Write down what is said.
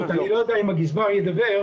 אני לא יודע אם הגזבר ידבר,